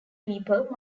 people